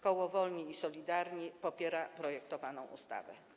Koło Wolni i Solidarni popiera projektowaną ustawę.